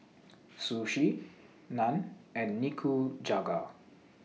Sushi Naan and Nikujaga